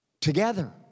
together